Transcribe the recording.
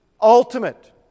ultimate